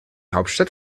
hauptstadt